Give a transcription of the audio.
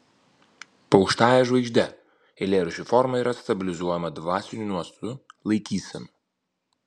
po aukštąja žvaigžde eilėraščių forma yra stabilizuojama dvasinių nuostatų laikysenų